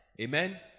Amen